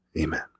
Amen